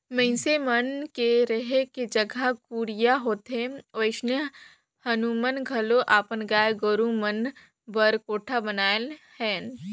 मइनसे मन के रहें के जघा कुरिया होथे ओइसने हमुमन घलो अपन गाय गोरु मन बर कोठा बनाये हन